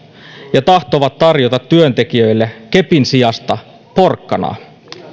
ja tahtovat tarjota työntekijöille kepin sijasta porkkanaa